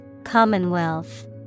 Commonwealth